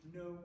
no